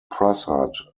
prasad